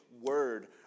word